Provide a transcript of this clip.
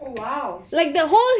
oh !wow! so